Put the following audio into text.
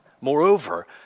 Moreover